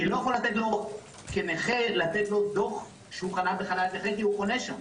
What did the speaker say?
אני לא יכול כנכה לתת לו דוח שהוא חנה בחניית נכה כי הוא חונה שם,